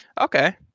Okay